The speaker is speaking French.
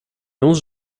onze